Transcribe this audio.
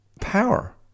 power